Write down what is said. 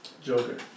Joker